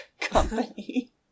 company